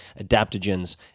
adaptogens